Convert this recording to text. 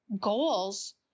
goals